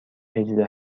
هجده